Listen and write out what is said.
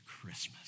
Christmas